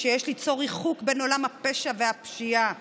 שיש ליצור ריחוק בין עולם הפשע והפשיעה